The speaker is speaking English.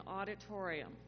auditorium